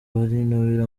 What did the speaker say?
barinubira